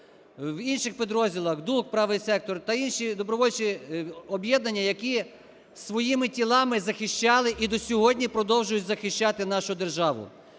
в інших підрозділах, ДУК "Правий сектор" та інших добровольчих об'єднаннях, які своїми тілами захищали і до сьогодні продовжують захищати нашу державу.